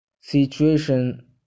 situation